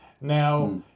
Now